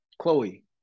Chloe